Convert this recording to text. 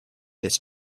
this